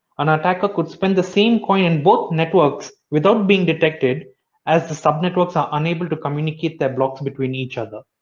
an attacker could spend the same coin in both networks without being detected as the sub networks are unable to communicate their blocks between each other.